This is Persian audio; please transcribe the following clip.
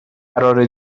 قرار